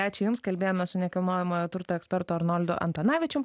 ačiū jums kalbėjome su nekilnojamojo turto ekspertu arnoldu antanavičium